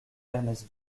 ernest